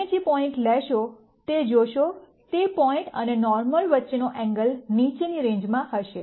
તમે જે પોઇન્ટ લેશો તે જોશો તે પોઇન્ટ અને નોર્મલ વચ્ચેનો એંગલ નીચેની રેન્જમાં હશે